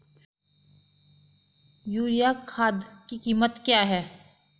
Urea खाद की कीमत क्या है?